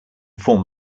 form